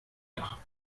dach